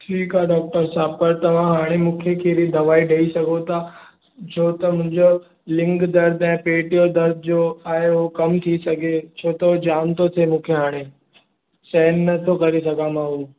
ठीकु आहे डॉक्टर साहिबु पर तव्हां हाणे मूंखे केरी दवाई ॾेई सघो था जो त मुंहिंजो लिङ दर्दु ऐं पेट जो दर्दु आहे उहो कम थी सघे छो त उहो जाम थो थिए मूंखे हाणे सहनि नथो करे सघां मां उहो